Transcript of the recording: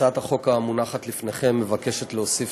בהצעת החוק המונחת לפניכם מוצע להוסיף